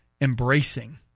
embracing